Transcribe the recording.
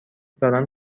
دارن